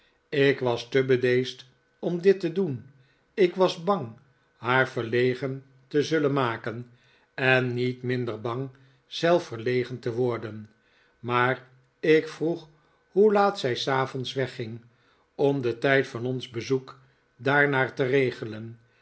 ik was te bedeesd om dit te doen ik was bang haar verlegen te zullen maken en niet minder bang zelf verlegen te worden maar ik vroeg hoe laat zij s avonds wegging om den tijd van ons bezoek daarriaar te regelen